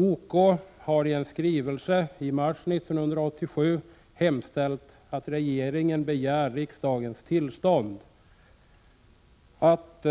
OK har i en skrivelse i mars 1987 hemställt att regeringen begär riksdagens tillstånd att